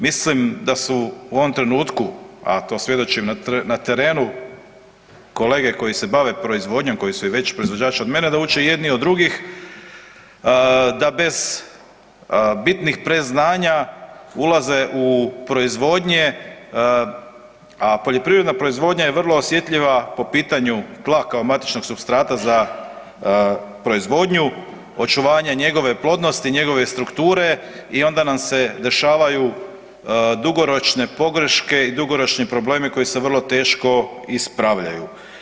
Mislim da su u ovom trenutku, a to svjedočim na terenu kolege koji se bave proizvodnjom, koji su i veći proizvođači od mene da uče jedni od drugih da bez bitnih predznanja ulaze u proizvodnje, a poljoprivredna proizvodnja je vrlo osjetljiva po pitanju tla kao matičnog supstrata za proizvodnju, očuvanja njegove plodnosti i njegove strukture i onda nam se dešavaju dugoročne pogreške i dugoročni problemi koji se vrlo teško ispravljaju.